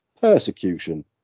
Persecution